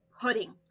pudding